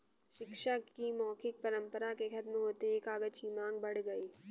शिक्षा की मौखिक परम्परा के खत्म होते ही कागज की माँग बढ़ गई